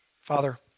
Father